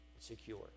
secure